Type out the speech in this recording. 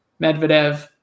Medvedev